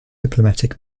diplomatic